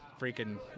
freaking